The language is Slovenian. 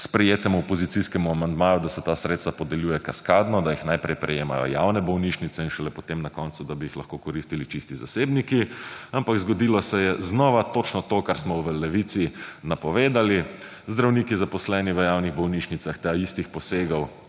sprejetemu opozicijskemu amandmaju, da se ta sredstva podeljuje kaskadno, da jih najprej prejemajo javne bolnišnice in šele, potem na koncu, da bi jih lahko koristili čisti zasebniki, ampak zgodilo se je znova točno to, kar smo v Levici napovedali. Zdravniki zaposlenih v javnih bolnišnicah te istih posegov,